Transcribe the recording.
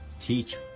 teach